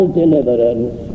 deliverance